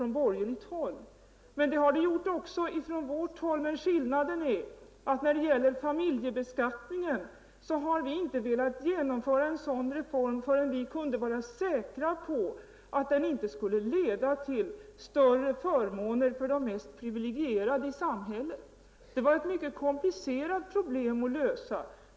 Det har gjorts också från vårt håll, men skillnaden är att när det gäller familjebeskatt ningen har vi inte velat genomföra en reform förrän vi kunde vara säkra på att den inte skulle leda till större förmåner för de mest privilegierade i samhället. Detta är ett mycket komplicerat problem att lösa.